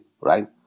right